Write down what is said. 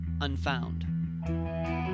Unfound